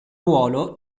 ruolo